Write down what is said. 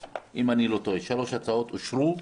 הצעות,